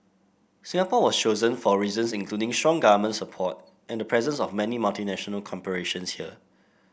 Singapore was chosen for reasons including strong government support and the presence of many multinational corporations here